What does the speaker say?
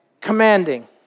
Commanding